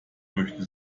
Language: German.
möchte